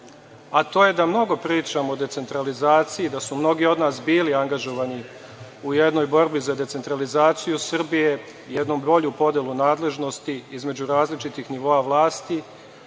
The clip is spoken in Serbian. a to je da mnogo pričamo o decentralizaciji, da su mnogi od nas bili angažovani u jednoj borbi za decentralizaciju Srbije i jednu bolju podelu nadležnosti između različitih nivoa vlasti,